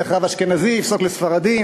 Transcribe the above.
איך רב אשכנזי יפסוק לספרדים?